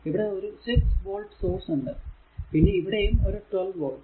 ഇവിടെ ഒരു 6 volt source ഉണ്ട് പിന്നെ ഇവിടെയും ഒരു 12 വോൾട്